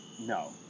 No